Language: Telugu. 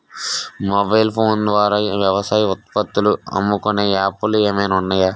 మొబైల్ ఫోన్ ద్వారా వ్యవసాయ ఉత్పత్తులు అమ్ముకునే యాప్ లు ఏమైనా ఉన్నాయా?